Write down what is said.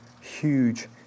huge